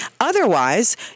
Otherwise